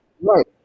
right